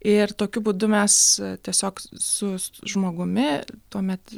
ir tokiu būdu mes tiesiog su žmogumi tuomet